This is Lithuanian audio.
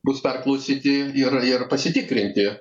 bus perklausyti ir ir pasitikrinti